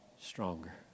stronger